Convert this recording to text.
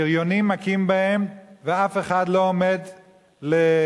בריונים מכים בהם, ואף אחד לא עומד להגנתם.